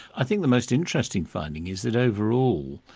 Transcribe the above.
i think the most interesting finding is that overall,